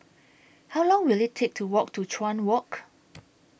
How Long Will IT Take to Walk to Chuan Walk